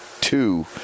two